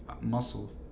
muscle